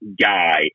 guy